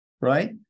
right